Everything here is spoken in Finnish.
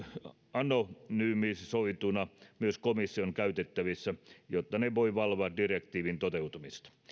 anonymisoituina myös komission käytettävissä jotta se voi valvoa direktiivin toteutumista